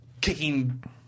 kicking